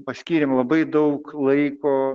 paskyrėm labai daug laiko